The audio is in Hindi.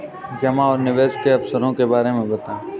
जमा और निवेश के अवसरों के बारे में बताएँ?